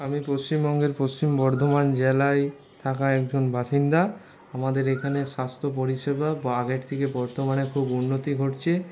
আমি পশ্চিমবঙ্গের পশ্চিম বর্ধমান জেলায় থাকা একজন বাসিন্দা আমাদের এখানে স্বাস্থ্য পরিষেবা আগের থেকে বর্তমানে খুব উন্নতি ঘটছে